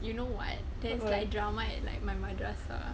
you know what there's like drama at like my madrasah